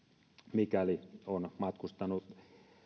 mikäli on matkustanut